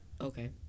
Okay